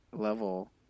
level